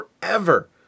forever